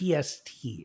PST